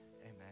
Amen